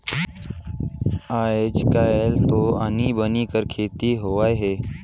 आयज कायल तो आनी बानी कर खेती होवत हे